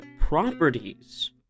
properties